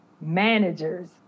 managers